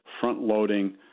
front-loading